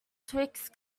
twixt